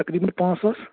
تقریٖباً پانژھ ساس